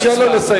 תאפשר לו לסיים.